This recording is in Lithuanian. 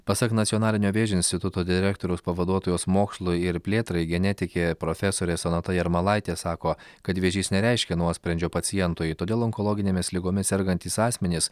pasak nacionalinio vėžio instituto direktoriaus pavaduotojos mokslui ir plėtrai genetikė profesorė sonata jarmalaitė sako kad vėžys nereiškia nuosprendžio pacientui todėl onkologinėmis ligomis sergantys asmenys